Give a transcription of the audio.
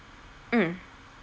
mm